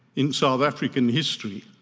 in south african history